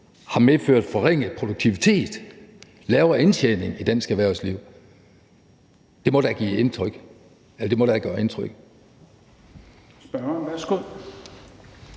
har medført forringet produktivitet, lavere indtjening i dansk erhvervsliv. Det må da gøre indtryk. Kl. 21:37 Tredje